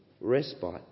respite